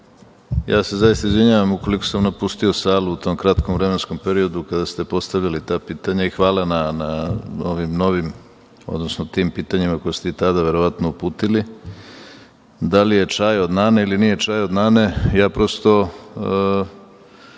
se zaista izvinjavam ukoliko sam napustio salu u tom kratkom vremenskom periodu kada ste postavili ta pitanja i hvala na tim pitanjima koja ste i tada verovatno uputili. Da li je čaj od nane ili nije čaj od nane, ja prosto